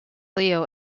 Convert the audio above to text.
leo